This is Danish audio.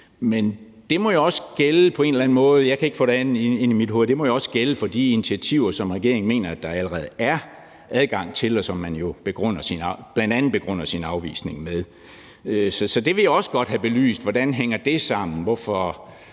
andet ind i mit hoved – for de initiativer, som regeringen mener der allerede er adgang til, og som man jo bl.a. begrunder sin afvisning med. Så det vil jeg også godt have belyst hvordan hænger sammen.